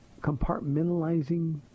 compartmentalizing